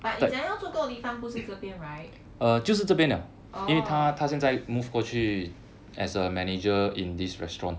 but 你讲要做工的地方不是这边 right orh